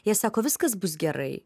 jie sako viskas bus gerai